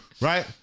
right